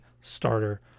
starter